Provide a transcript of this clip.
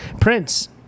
Prince